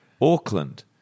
Auckland